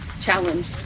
challenge